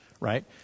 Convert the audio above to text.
right